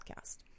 podcast